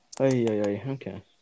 okay